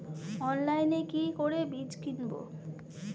অনলাইনে কি করে বীজ কিনব?